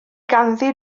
ganddi